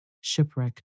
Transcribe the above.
shipwreck